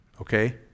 okay